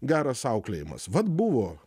geras auklėjimas vat buvo